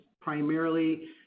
primarily